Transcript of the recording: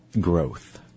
growth